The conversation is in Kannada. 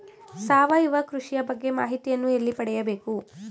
ಸಾವಯವ ಕೃಷಿಯ ಬಗ್ಗೆ ಮಾಹಿತಿಯನ್ನು ಎಲ್ಲಿ ಪಡೆಯಬೇಕು?